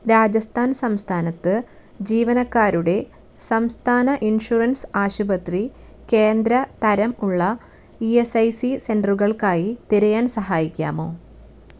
രാജസ്ഥാൻ സംസ്ഥാനത്ത് ജീവനക്കാരുടെ സംസ്ഥാന ഇൻഷുറൻസ് ആശുപത്രി കേന്ദ്ര തരം ഉള്ള ഇ എസ് ഐ സി സെൻറ്ററുകൾക്കായി തിരയാൻ സഹായിക്കാമോ